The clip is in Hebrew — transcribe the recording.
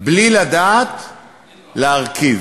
בלי לדעת להרכיב.